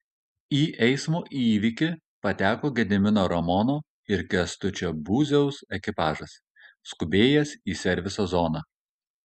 į eismo įvykį pateko gedimino ramono ir kęstučio būziaus ekipažas skubėjęs į serviso zoną